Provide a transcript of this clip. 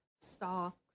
stocks